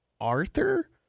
Arthur